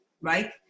right